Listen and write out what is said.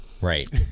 Right